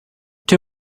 too